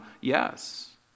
Yes